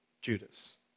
Judas